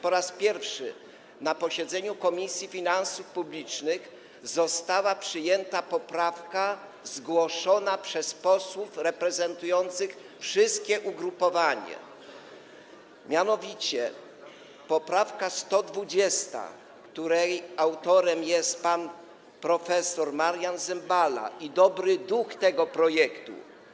Po raz pierwszy na posiedzeniu Komisji Finansów Publicznych została przyjęta poprawka zgłoszona przez posłów reprezentujących wszystkie ugrupowania, a mianowicie poprawka 120., której autorem jest pan prof. Marian Zembala, dobry duch tego projektu.